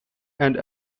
and